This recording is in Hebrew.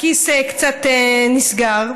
הכיס קצת נסגר.